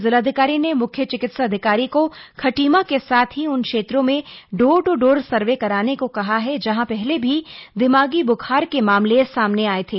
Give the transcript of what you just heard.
जिलाधिकारी ने मुख्य चिकित्साधिकारी को खटीमा के साथ ही उन क्षेत्रों में डोर ट् डोर सर्वे कराने को कहा है जहां पहले भी दिमागी ब्खार के मामले सामने आये थे